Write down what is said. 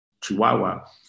chihuahua